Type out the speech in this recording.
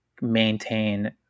maintain